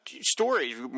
stories